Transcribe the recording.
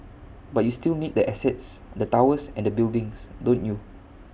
but you still need the assets the towers and the buildings don't you